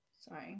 sorry